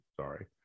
Sorry